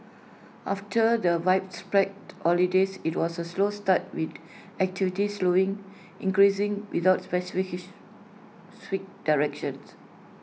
after the widespread holidays IT was A slow start with activity slowly increasing without directions